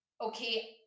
okay